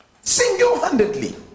single-handedly